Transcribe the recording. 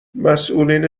مسئولین